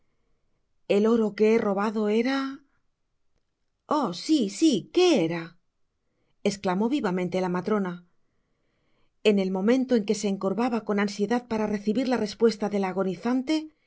débilel oro que he robado era oh si si que era esolamó vivamente la matrona en el momento en que se encorvaba con ansiedad para recibir la respuesta de la agonizante